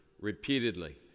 repeatedly